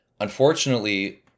Unfortunately